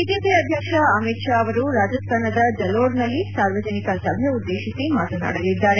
BJP ಅಧ್ಯಕ್ಷ ಅಮಿತ್ ಷಾ ಅವರು ರಾಜಸ್ತಾನದ ಜಲೋರ್ನಲ್ಲಿ ಸಾರ್ವಜನಿಕ ಸಭೆ ಉದ್ಲೇಶಿಸಿ ಮಾತನಾಡಲಿದ್ದಾರೆ